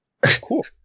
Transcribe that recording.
cool